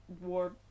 war